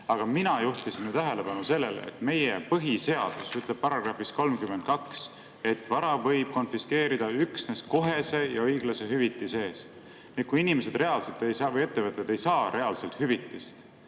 on. Mina juhtisin tähelepanu sellele, et meie põhiseadus ütleb §-s 32, et vara võib konfiskeerida üksnes kohese ja õiglase hüvituse eest. Kui inimesed või ettevõtted ei saa reaalselt hüvitist,